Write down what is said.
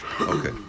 Okay